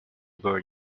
burn